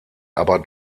aber